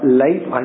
life